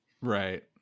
Right